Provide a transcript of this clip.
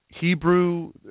Hebrew